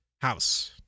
house